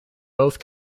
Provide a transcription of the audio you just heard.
both